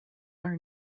are